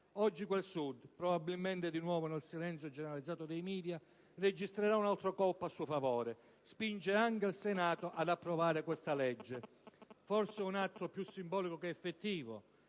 Oggi quel Sud, probabilmente nel silenzio generalizzato dei media nazionali, registra un altro colpo a suo favore: spinge anche il Senato ad approvare questa legge. Forse è un atto più simbolico che effettivo,